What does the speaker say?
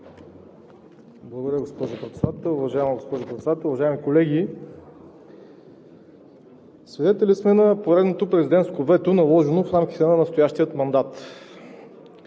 Благодаря, госпожо Председател. Уважаема госпожо Председател, уважаеми колеги! Свидетели сме на поредното президентско вето, наложено в рамките на настоящия мандат.